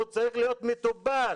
והוא צריך להיות מטופל.